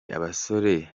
abasore